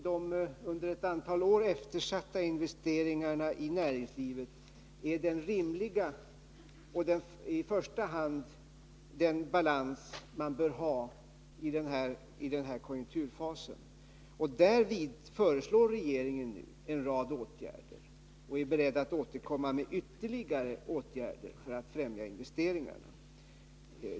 De under ett antal år eftersatta investeringarna i näringslivet är i första hand den rimliga balans man bör ha i den här konjunkturfasen. Därför föreslår regeringen nu en rad åtgärder och är beredd att återkomma med förslag om ytterligare åtgärder för att främja investeringarna.